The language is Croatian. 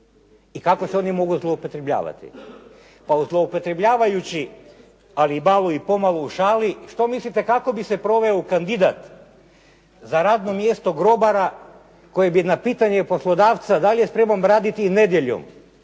i kako se oni mogu zloupotrebljavati. Pa zloupotrebljavajući, ali malo i pomalo u šali, što mislite kako bi se proveo kandidat za radno mjesto grobara koji bi na pitanje poslodavca da li je spreman raditi i nedjeljom